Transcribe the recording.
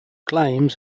claims